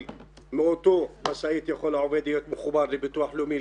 מאותה משאית יכול העובד להיות מחובר לביטוח לאומי,